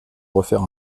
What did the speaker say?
refaire